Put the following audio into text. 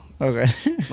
okay